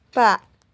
बा